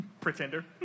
Pretender